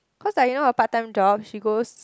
cause like you know her part time job she goes